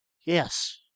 Yes